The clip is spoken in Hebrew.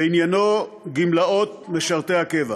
ועניינו גמלאות משרתי הקבע.